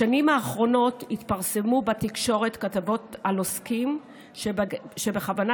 בשנים האחרונות התפרסמו בתקשורת כתבות על עוסקים שבכוונה